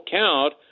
count